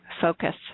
focus